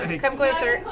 i mean come closer.